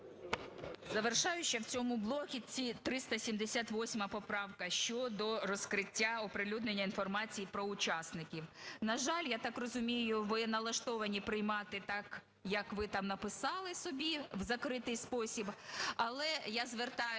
Завершаюча в цьому блоці 378 поправка, щодо розкриття (оприлюднення) інформації про учасників. На жаль, я так розумію, ви налаштовані приймати так як ви там написали собі, в закритий спосіб. Але я звертаюся